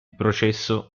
processo